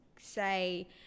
say